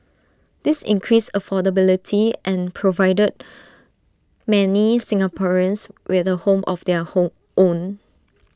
this increased affordability and provided many Singaporeans with A home of their home own